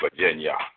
Virginia